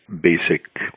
Basic